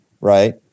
right